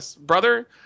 brother